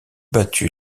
battu